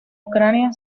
ucrania